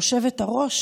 היושבת-ראש,